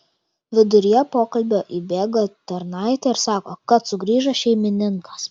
viduryje pokalbio įbėga tarnaitė ir sako kad sugrįžo šeimininkas